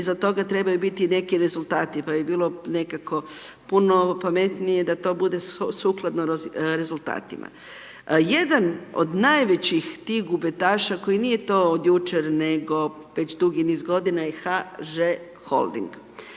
iza toga trebaju biti i neki rezultati, pa bi bilo nekako puno pametnije da to bude sukladno rezultatima. Jedan od najvećih tih gubitaša, koji nije to od jučer, nego već dugi niz godina, je HŽ holding.